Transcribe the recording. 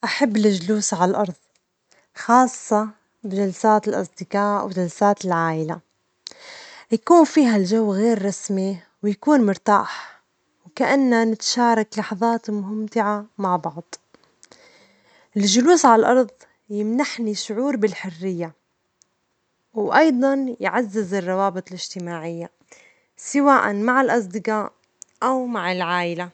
أحب الجلوس على الأرض، خاصة بجلسات الأصدجاء وجلسات العائلة، يكون فيها الجو غير رسمي ويكون مرتاح، وكأنا نتشارك لحظات ممتعة مع بعض، الجلوس على الأرض يمنحني شعور بالحرية، وأيضًا يعزز الروابط الاجتماعية، سواء مع الأصدجاء، أو مع العائلة.